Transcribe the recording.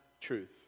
truth